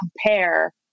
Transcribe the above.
compare